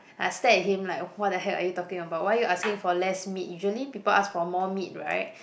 I stare at him like what the heck are you talking about why are you asking for less meat usually people ask for more meat right